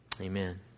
Amen